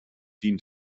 dient